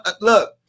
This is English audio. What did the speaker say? look